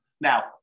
Now